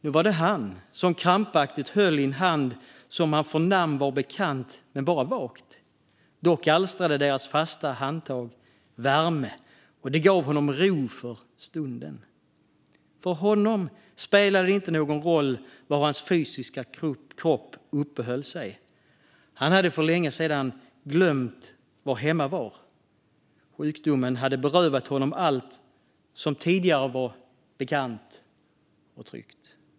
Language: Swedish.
Nu var det han som krampaktigt höll i en hand som han förnam var bekant men bara vagt. Dock alstrade deras fasta handtag värme, och det gav honom ro för stunden. För honom spelade det inte någon roll var hans fysiska kropp uppehöll sig. Han hade för länge sedan glömt var hemma var. Sjukdomen hade berövat honom allt som tidigare var bekant och tryggt.